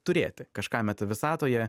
turėti kažką meta visatoje